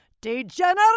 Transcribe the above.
Degenerate